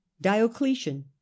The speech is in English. Diocletian